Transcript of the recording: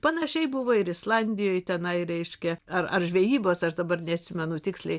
panašiai buvo ir islandijoj tenai reiškia ar ar žvejybos aš dabar neatsimenu tiksliai